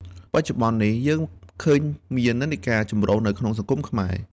បច្ចុប្បន្ននេះ យើងឃើញមាននិន្នាការចម្រុះនៅក្នុងសង្គមខ្មែរ។